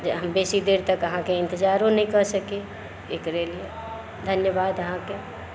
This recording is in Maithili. जे बेसी देर आहाँके इंतजारो नहि कऽ सकी एकरा लिए धन्यवाद आहाँकेॅं